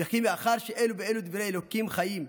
וכי מאחר שאלו ואלו דברי אלוקים חיים,